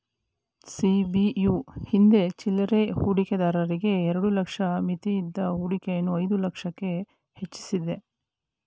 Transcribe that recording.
ಸಿ.ಬಿ.ಯು ಹಿಂದೆ ಚಿಲ್ಲರೆ ಹೂಡಿಕೆದಾರರಿಗೆ ಎರಡು ಲಕ್ಷ ಮಿತಿಯಿದ್ದ ಹೂಡಿಕೆಯನ್ನು ಐದು ಲಕ್ಷಕ್ಕೆ ಹೆಚ್ವಸಿದೆ